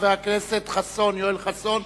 חבר הכנסת יואל חסון,